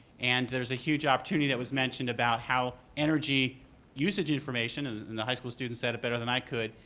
and there's a huge opportunity that was mentioned about how energy usage information, and and the high school students said it better than i could,